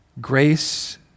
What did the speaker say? grace